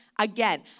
again